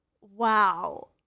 wow